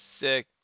sick